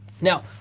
now